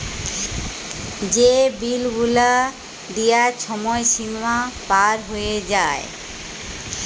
যে বিল গুলা দিয়ার ছময় সীমা পার হঁয়ে যায়